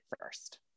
first